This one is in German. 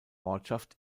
ortschaft